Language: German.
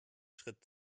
schritt